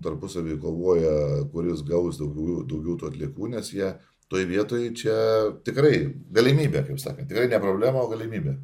tarpusavyje kovoja kuris gaus daugiau daugiau tų atliekų nes jie toj vietoj čia tikrai galimybė kaip sakant tikrai ne problema o galimybė